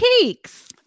cakes